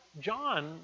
John